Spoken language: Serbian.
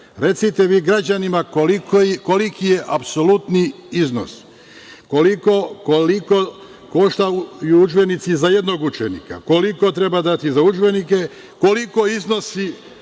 Recite vi građanima koliko je apsolutni iznos. Koliko koštaju udžbenici za jednog učenika? Koliko treba dati za udžbenike? Koliko iznosi